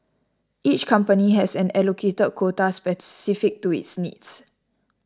each company has an allocated quota specific to its needs